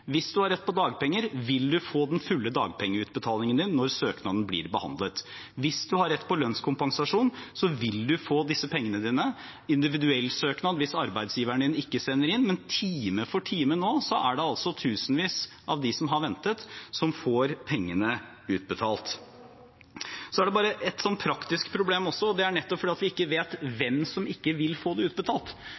Hvis man har rett på dagpenger, vil man få den fulle dagpengeutbetalingen når søknaden blir behandlet. Hvis man har rett på lønnskompensasjon, vil man få pengene sine ved individuell søknad hvis arbeidsgiveren ikke sender inn. Men time for time er det altså tusenvis av dem som har ventet, som får pengene utbetalt. Så er det et praktisk problem, og det er at vi ikke vet hvem som ikke vil få dem utbetalt.